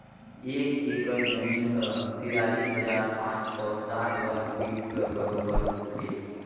एक एकड़ जमीन ह तिरालीस हजार पाँच सव साठ वर्ग फीट कर बरोबर होथे